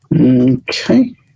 Okay